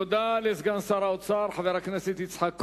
תודה לסגן שר האוצר חבר הכנסת יצחק כהן.